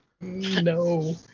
No